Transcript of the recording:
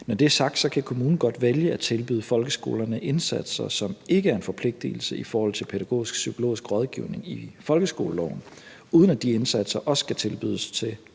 Når det er sagt, kan kommunen godt vælge at tilbyde folkeskolerne indsatser, som ikke er en forpligtigelse i forhold til pædagogisk-psykologisk rådgivning i folkeskoleloven, uden at de indsatser også skal tilbydes til andre,